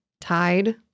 Tide